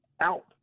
out